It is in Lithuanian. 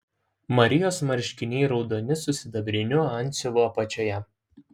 marijos marškiniai raudoni su sidabriniu antsiuvu apačioje